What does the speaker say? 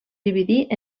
dividir